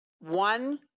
one